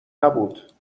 نبود